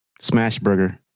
Smashburger